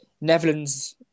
Netherlands